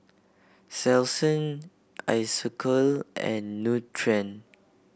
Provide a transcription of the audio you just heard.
Selsun Isocal and Nutren